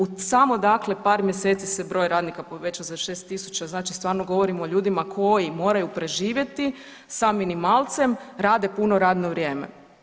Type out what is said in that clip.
U samo par mjeseci se broj radnika povećao za 6.000, znači stvarno govorimo o ljudima koji moraju preživjeti sa minimalcem, rade puno radno vrijeme.